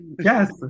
Yes